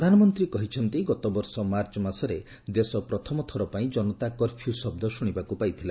ପ୍ରଧାନମନ୍ତ୍ରୀ କହିଛନ୍ତି ଗତବର୍ଷ ମାର୍ଚ୍ଚ ମାସରେ ଦେଶ ପ୍ରଥମ ଥରପାଇଁ ଜନତା କର୍ଫ୍ୟୁ ଶବ୍ଦ ଶୁଶିବାକୁ ପାଇଥିଲା